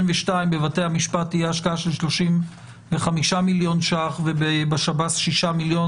בבתי המשפט תהיה השקעה של 35 מיליון ₪ ובשב"ס 6 מיליון.